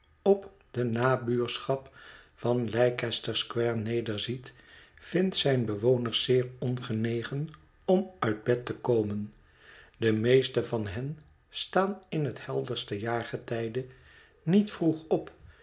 op de nabuurschap van leicester square nederziet vindt zijne bewoners zeer ongenegen om uit bed te komen de meesten van hen staan in het helderste jaargetijde niet vroeg op